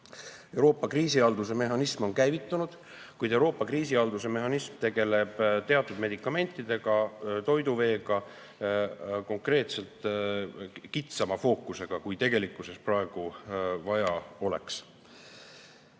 Euroopa kriisihaldusmehhanism on käivitunud, kuid Euroopa kriisihaldusmehhanism tegeleb teatud medikamentidega, toiduveega, konkreetselt kitsama fookusega, kui tegelikkuses praegu vaja oleks.